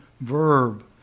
verb